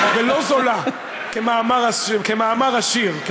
ולא זולה, כמאמר השיר.